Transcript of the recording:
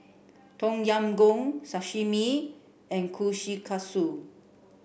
Tom Yam Goong Sashimi and Kushikatsu